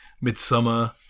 Midsummer